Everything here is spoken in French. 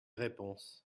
réponses